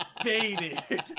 Dated